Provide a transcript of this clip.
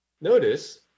Notice